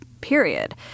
period